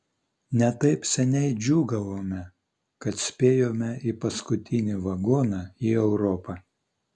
ne taip senai džiūgavome kad spėjome į paskutinį vagoną į europą